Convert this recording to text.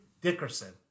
Dickerson